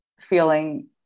feeling